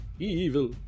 Evil